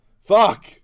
Fuck